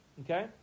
Okay